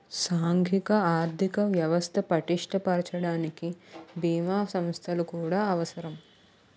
సాంఘిక ఆర్థిక వ్యవస్థ పటిష్ట పరచడానికి బీమా సంస్థలు కూడా అవసరం